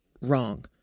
Wrong